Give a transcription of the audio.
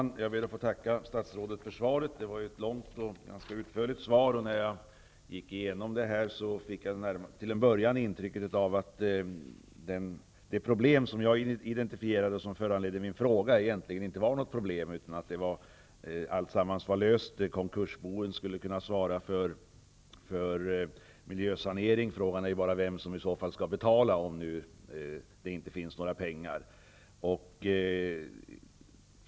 Herr talman! Jag ber att få tacka statsrådet för svaret. Det var ett långt och ganska utförligt svar. Jag fick till en början intrycket att det problem som jag identifierade och som föranledde min fråga egentligen inte var ett problem. Allt var löst. Konkursbon skulle kunna svara för miljösanering. Frågan är bara vem som skall betala, om det nu inte finns några pengar.